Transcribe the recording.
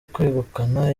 kwegukana